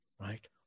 right